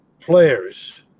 players